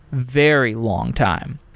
very long time.